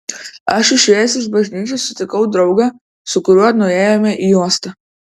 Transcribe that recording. aš išėjęs iš bažnyčios sutikau draugą su kuriuo nuėjome į uostą